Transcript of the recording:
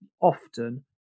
often